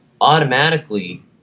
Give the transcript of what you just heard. automatically